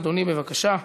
אדוני, בבקשה.